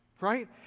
Right